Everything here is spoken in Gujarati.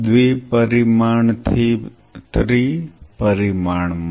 2 પરિમાણથી 3 પરિમાણ માં